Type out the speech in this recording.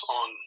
on